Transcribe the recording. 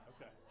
Okay